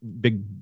big